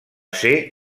ser